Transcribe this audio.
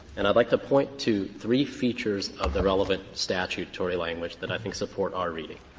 and i'd like to point to three features of the relevant statutory language that i think support our reading.